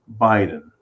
Biden